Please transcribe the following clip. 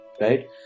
Right